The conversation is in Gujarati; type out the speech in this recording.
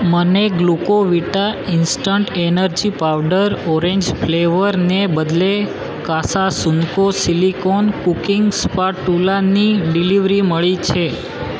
મને Glucovita instant energy powder orange ફ્લેવરને બદલે કાસાસુન્કો સીલીકોન કૂકિંગ સ્પાટુલાની ડિલિવરી મળી છે